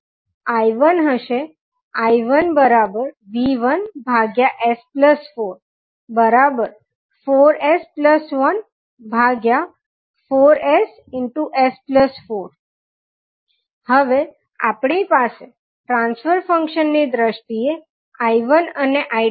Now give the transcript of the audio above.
𝐼1 હશે I1 V1S44S14SS4 હવે આપણી પાસે ટ્રાન્સફર ફંક્શન ની દ્રષ્ટિએ 𝐼1 અને 𝐼2 છે